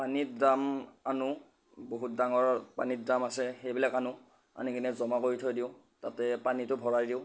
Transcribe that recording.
পানীৰ ড্ৰাম আনোঁ বহুত ডাঙৰ পানীৰ ড্ৰাম আছে সেইবিলাক আনোঁ আনি কিনে জমা কৰি থৈ দিওঁ তাতে পানীটো ভৰাই দিওঁ